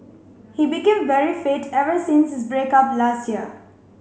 he became very fit ever since his break up last year